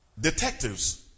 detectives